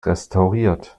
restauriert